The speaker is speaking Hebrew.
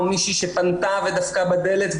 או מישהי שפנתה ודפקה בדלת,